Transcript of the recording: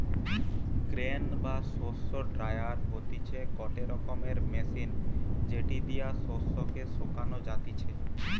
grain বা শস্য dryer হতিছে গটে রকমের মেশিন যেটি দিয়া শস্য কে শোকানো যাতিছে